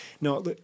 no